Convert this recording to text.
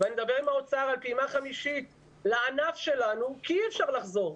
ואני מדבר עם האוצר על פעימה חמישית לענף שלנו כי אי אפשר לחזור.